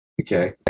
Okay